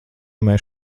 mēs